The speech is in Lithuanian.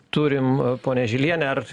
turim ponia žiliene ar